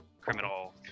criminal